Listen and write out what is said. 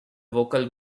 vocal